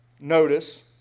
Notice